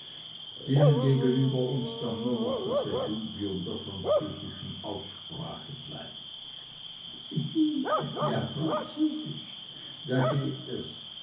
denen gegenüber uns dann nur noch das refugium der französischen aussprache bleibt hihi ja französisch da geht es